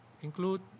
include